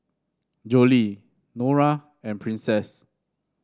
Jolie Norah and Princess